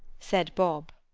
said bob,